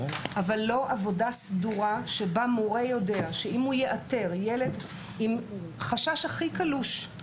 אבל לא עבודה סדורה שבה מורה יודע שאם הוא יאתר ילד עם חשש הכי קלוש,